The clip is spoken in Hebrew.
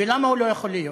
ולמה הוא לא יכול להיות?